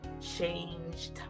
changed